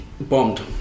bombed